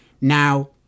Now